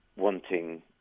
wanting